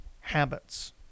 habits